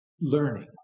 learning